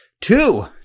two